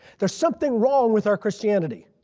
there's something wrong with our christianity.